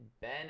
Ben